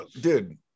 Dude